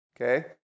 Okay